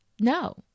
no